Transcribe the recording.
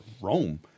Rome